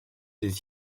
des